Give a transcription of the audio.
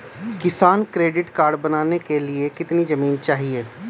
किसान credit card बनाने के लिए कितनी जमीन चाहिए?